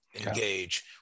Engage